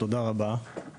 תודה רבה.